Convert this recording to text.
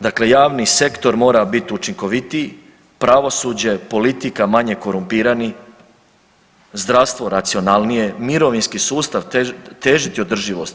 Dakle, javni sektor mora biti učinkovitiji, pravosuđe, politika manje korumpirani, zdravstvo racionalnije, mirovinski sustav težiti održivosti.